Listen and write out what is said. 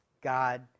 God